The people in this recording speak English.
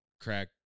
crack